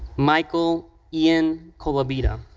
michael ian colavita.